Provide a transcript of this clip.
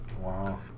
Wow